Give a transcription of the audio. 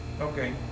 Okay